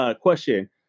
question